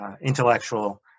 intellectual